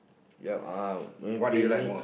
ya uh where picnic